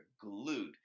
glued